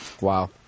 Wow